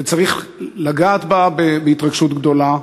וצריך לגעת בה בהתרגשות גדולה.